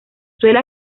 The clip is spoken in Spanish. suele